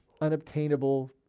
unobtainable